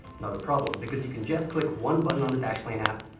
not a problem. because you can just click one button on the dashlane app,